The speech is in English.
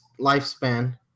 lifespan